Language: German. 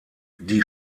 die